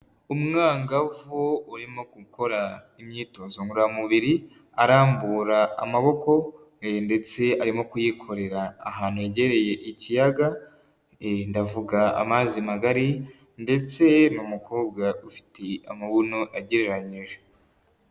Umwangavu urimo gukora imyitozo ngororamubiri, arambura amaboko ndetse arimo kuyikorera ahantu hegereye ikiyaga, ndavuga amazi magari ndetse ni umukobwa ufite amabuno agereranyije.